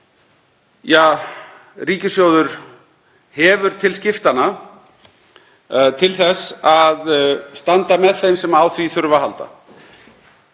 sem ríkissjóður hefur til skiptanna til þess að standa með þeim sem á því þurfa að halda.